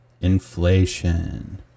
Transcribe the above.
Inflation